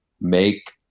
make